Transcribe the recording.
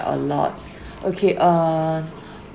a lot okay on